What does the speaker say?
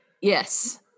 Yes